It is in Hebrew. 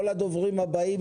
כל הדוברים הבאים,